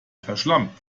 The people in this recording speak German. verschlampt